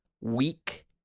weak